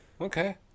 Okay